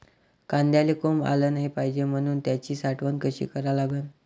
कांद्याले कोंब आलं नाई पायजे म्हनून त्याची साठवन कशी करा लागन?